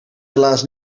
helaas